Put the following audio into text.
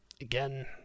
Again